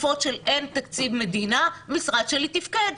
תקופות של אין תקציב מדינה והמשרד שלי תיפקד.